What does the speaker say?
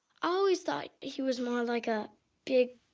always thought he was more like a big